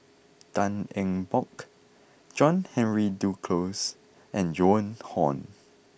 Tan Eng Bock John Henry Duclos and Joan Hon